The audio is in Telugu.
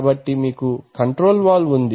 కాబట్టి మీకు కంట్రోల్ వాల్వ్ ఉంది